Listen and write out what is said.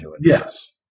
Yes